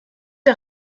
der